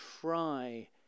try